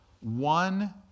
one